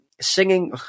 Singing